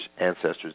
ancestors